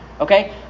Okay